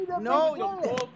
no